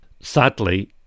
sadly